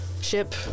ship